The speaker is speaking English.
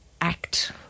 act